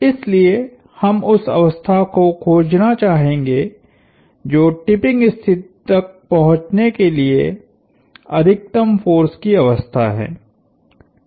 इसलिए हम उस अवस्था को खोजना चाहेंगे जो टिपिंग स्थिति तक पहुंचने के लिए अधिकतम फोर्स की अवस्था है